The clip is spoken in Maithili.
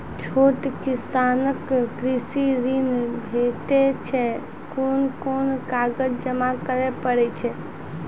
छोट किसानक कृषि ॠण भेटै छै? कून कून कागज जमा करे पड़े छै?